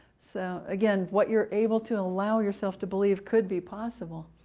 so again what you're able to allow yourself to believe could be possible